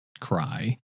cry